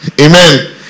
amen